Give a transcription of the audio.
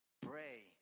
pray